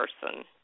person